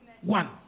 one